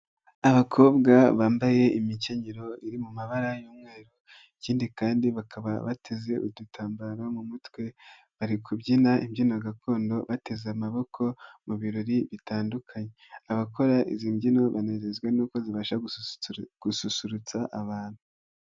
Abakobwa bambaye imikinyero iri mu mabara y'umweru, ikindi kandi bakaba bateze udutambaro mu mutwe, bari kubyina imbyino gakondo bateze amaboko, mu birori bitandukanye, abakora izi mbyino banezezwa n'uko zibasha gususurutsa abantu.